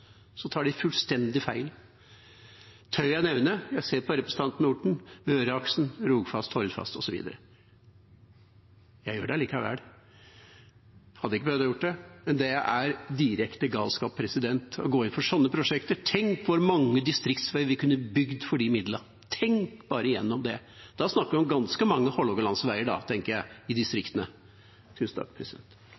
tar de fullstendig feil. Tør jeg nevne – og jeg ser på representanten Orten – Møreaksen, Rogfast, Hordfast osv.? Jeg gjør det allikevel. Jeg hadde ikke behøvd å gjøre det, men det er direkte galskap å gå inn for sånne prosjekter. Tenk hvor mange distriktsveier vi kunne bygd for de midlene. Tenk bare gjennom det. Da snakker vi om ganske mange hålogalandsveier i distriktene. Jeg